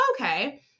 okay